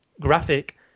graphic